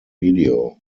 video